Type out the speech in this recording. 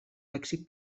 lèxic